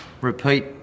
repeat